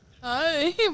Hi